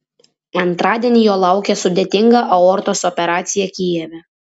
antradienį jo laukė sudėtinga aortos operacija kijeve